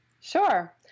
Sure